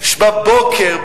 בבוקר,